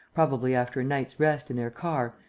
probably after a night's rest in their car,